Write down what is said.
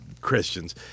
Christians